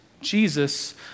Jesus